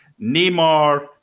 Neymar